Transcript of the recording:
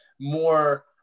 more